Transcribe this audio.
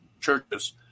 churches